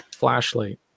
flashlight